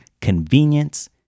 convenience